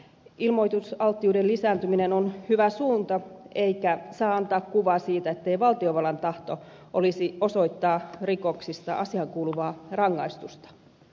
ilmoitusalttiuden lisääntyminen on hyvä suunta eikä saa antaa kuvaa siitä ettei valtiovallan tahto olisi osoittaa rikoksista asiaan kuuluvaa rangaistusta